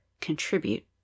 contribute